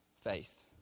faith